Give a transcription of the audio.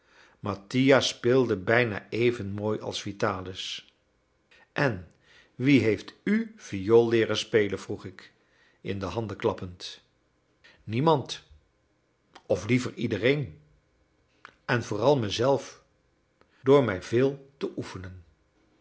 mattia speelde bijna even mooi als vitalis en wie heeft u viool leeren spelen vroeg ik in de handen klappend niemand of liever iedereen en vooral mezelf door mij veel te oefenen